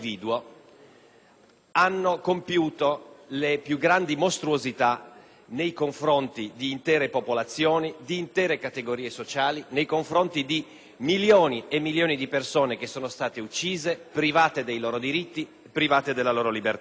hanno originato le peggiori mostruosità compiute nei confronti di intere popolazioni, di intere categorie sociali, di milioni e milioni di persone che sono state uccise, private dei loro diritti e della loro libertà.